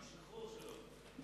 בשחרור שלו.